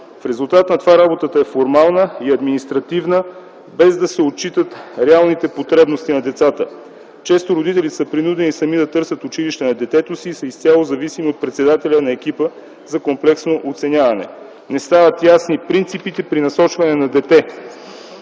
В резултат на това работата е формална и административна, без да се отчитат реалните потребности на децата. Често родителите са принудени сами да търсят училище на детето си и са изцяло зависими от председателя на екипа за комплексно оценяване. Не стават ясни принципите при насочване на дете